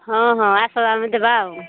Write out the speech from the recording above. ହଁ ହଁ ଆସବା ଆମେ ଦେବା ଆଉ